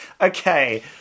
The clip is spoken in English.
Okay